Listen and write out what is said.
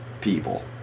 people